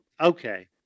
okay